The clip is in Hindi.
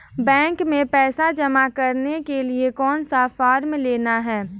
बैंक में पैसा जमा करने के लिए कौन सा फॉर्म लेना है?